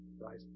right